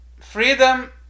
freedom